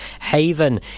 haven